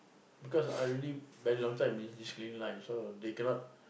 because I really very long time in this green line so they cannot